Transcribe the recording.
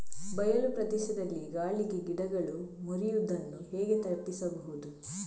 ಬಯಲು ಪ್ರದೇಶದಲ್ಲಿ ಗಾಳಿಗೆ ಗಿಡಗಳು ಮುರಿಯುದನ್ನು ಹೇಗೆ ತಪ್ಪಿಸಬಹುದು?